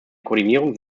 koordinierung